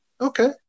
Okay